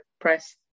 press